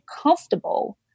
comfortable